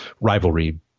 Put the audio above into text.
rivalry